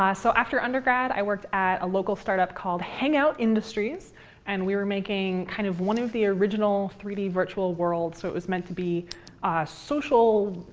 so after undergrad, i worked at a local startup called hangout industries and we were making kind of one of the original three d virtual worlds. so it was meant to be a social